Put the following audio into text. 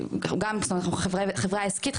אנחנו חברה עסקית,